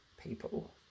people